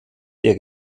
der